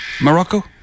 Morocco